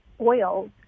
oils